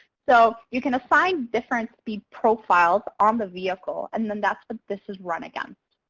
so you can assign different speed profiles on the vehicle, and then that's what this is run against.